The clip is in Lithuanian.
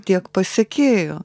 tiek pasekėjų